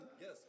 Yes